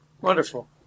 Wonderful